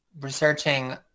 researching